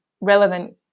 relevant